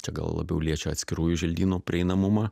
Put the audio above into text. čia gal labiau liečia atskirųjų želdynų prieinamumą